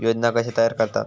योजना कशे तयार करतात?